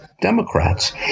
Democrats